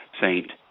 saint